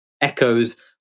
echoes